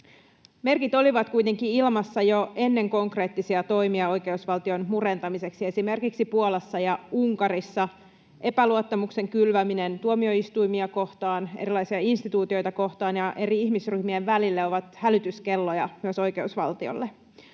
Merkit olivat kuitenkin ilmassa jo ennen konkreettisia toimia oikeusvaltion murentamiseksi esimerkiksi Puolassa ja Unkarissa. Epäluottamuksen kylväminen tuomioistuimia kohtaan, erilaisia instituutioita kohtaan ja eri ihmisryhmien välille on hälytyskello myös oikeusvaltiolle.